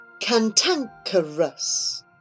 Cantankerous